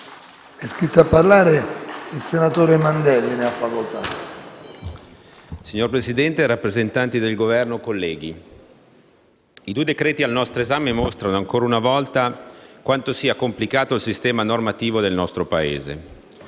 Signor Presidente, rappresentanti del Governo, colleghi, i due decreti-legge al nostro esame mostrano, ancora una volta, quanto sia complicato il sistema normativo del nostro Paese.